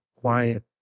quiet